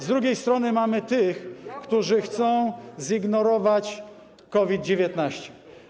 Z drugiej strony mamy tych, którzy chcą zignorować COVID-19.